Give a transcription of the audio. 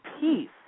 peace